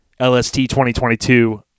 LST2022